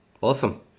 Awesome